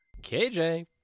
kj